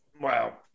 Wow